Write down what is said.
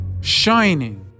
Shining